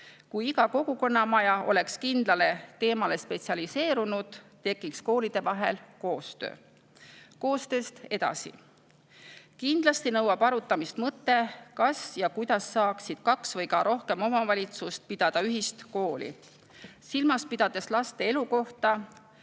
Kui iga kogukonnamaja oleks kindlale teemale spetsialiseerunud, tekiks koolide vahel koostöö. Koostööst edasi. Kindlasti nõuab arutamist mõte, kuidas saaksid kaks või ka rohkem omavalitsust pidada ühist kooli. Silmas pidades laste elukohta